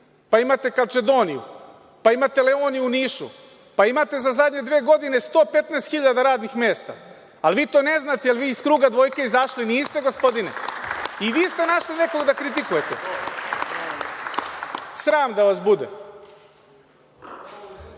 pa imate „Kačedoniju“, pa imate „Leoni“ u Nišu, pa imate za zadnje dve godine 115 hiljada radnih mesta, ali vi to ne znate jer vi iz kruga dvojke izašli niste gospodine. I viste našli nekog da kritikujete. Sram da vas bude.